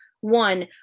one